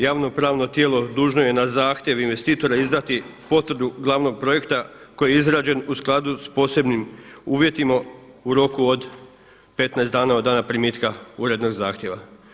Javno-pravno tijelo dužno je na zahtjev investitora izdati potvrdu glavnog projekta koji je izrađen u skladu sa posebnim uvjetima u roku od 15 dana od dana primitka urednog zahtjeva.